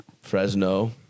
Fresno